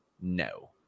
no